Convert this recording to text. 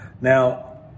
Now